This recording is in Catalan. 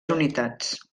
unitats